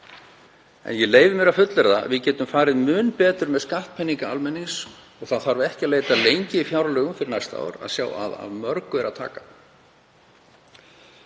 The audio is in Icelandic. En ég leyfi mér að fullyrða að við getum farið mun betur með skattpeninga almennings og það þarf ekki að leita lengi í fjárlögum fyrir næsta ár til að sjá að af nógu er að taka.